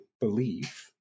believe